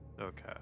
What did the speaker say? Okay